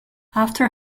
after